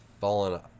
fallen